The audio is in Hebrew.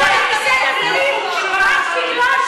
אני צריכה להתבייש?